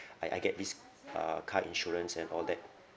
I I get this uh car insurance and all that